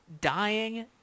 dying